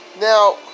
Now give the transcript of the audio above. Now